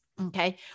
okay